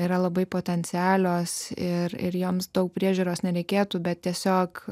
yra labai potencialios ir ir joms daug priežiūros nereikėtų bet tiesiog